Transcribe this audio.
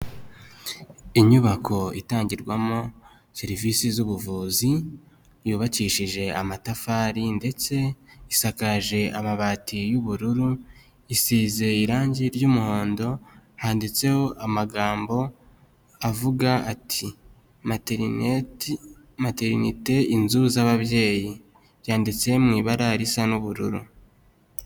Inyubako itangirwamo serivisi z'ubuvuzi, yubakishije amatafari ndetse isakaje amabati y'ubururu, isize irangi ry'umuhondo, handitseho amagambo avuga ati "Materinete inzu z'ababyeyi". Byanditse mu ibara risa n'ubururu.